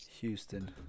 Houston